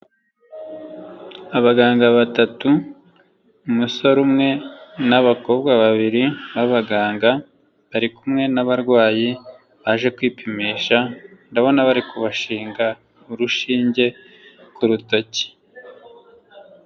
Abaganga batatu umusore umwe n'abakobwa babiri b'abaganga, bari kumwe n'abarwayi baje kwipimisha ndabona bari kubashinga urushinge ku rutoki.